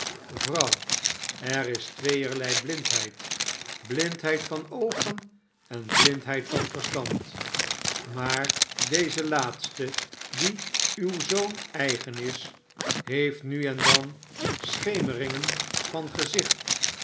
vrouw er is tweeerlei blindheid blindheid van oogen en blindheid van verstand maar deze laatste die uw zoon eigen is heeft nu en dan schemeringen van gezicht